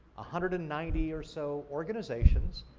ah hundred and ninety or so organizations,